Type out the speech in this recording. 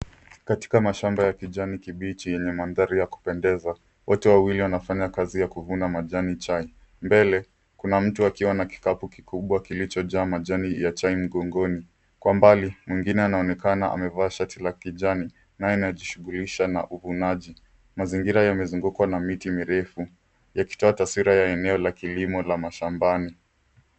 Katika mashamba ya kijani kibichi yenye mandhari ya kupendeza, watu wawili wanafanya kazi ya kuvuna majani chai. Mbele, kuna mtu akiwa na kikapu kikubwa kilichojaa majani ya chai mgongoni. Kwa mbali, mwingine anaonekana amevaa shati la kijani, naye anajishughulisha na uvunaji. Mazingira yamezungukwa na miti mirefu, yakitoa taswira ya eneo la kilimo la mashambani.